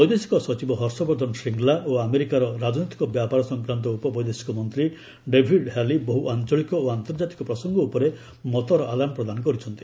ବୈଦେଶିକ ସଚିବ ହର୍ଷବର୍ଦ୍ଧନ ଶ୍ରୀଙ୍ଗ୍ଲା ଓ ଆମେରିକାର ରାଜନୈତିକ ବ୍ୟାପାର ସଂକ୍ରାନ୍ତ ଉପବୈଦେଶିକ ମନ୍ତ୍ରୀ ଡାଭିଡ୍ ହ୍ୟାଲି ବହୁ ଆଞ୍ଚଳିକ ଓ ଆନ୍ତର୍ଜାତିକ ପ୍ରସଙ୍ଗ ଉପରେ ମତର ଆଦାନପ୍ରଦାନ କରିଛନ୍ତି